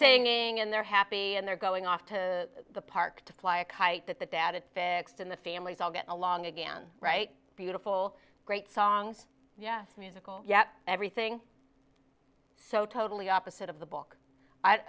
singing and they're happy and they're going off to the park to fly a kite that the dad it fixed and the families all get along again right beautiful great songs yes musical yet everything so totally opposite of the book